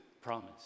promise